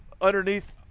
underneath